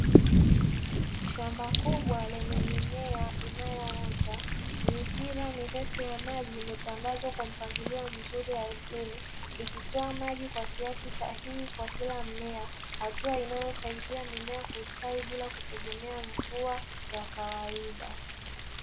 Shamba kubwa lenye mimea inayoota, mipira mirefu ya maji imetandazwa kwa mpangilio mzuri ardhini ikitoa maji kwa kiasi sahihi kwa kila mmea hatua inayosaidia mimea kustawi bila kutegemea mvua ya kawaida.